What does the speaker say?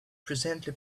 presently